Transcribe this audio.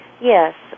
Yes